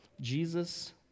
Jesus